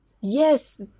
yes